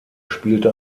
spielte